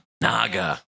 Naga